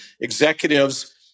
executives